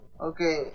Okay